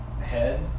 head